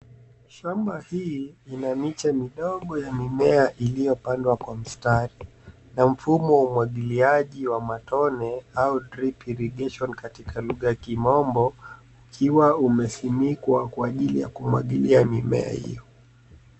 Shamba hii ina miche midogo ya mimea iliyopandwa kwa mstari na mfumo wa umwagiliaji wa matone au drip irrigation katika lugha ya kimombo ukiwa umezimikwa kwa ajili ya kumwagilia mimea hiyo.